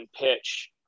pitch